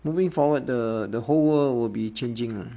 moving forward the the whole world will be changing